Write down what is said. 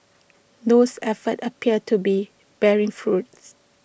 those efforts appear to be bearing fruits